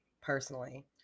personally